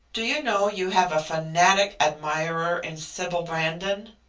do you know you have a fanatic admirer in sybil brandon?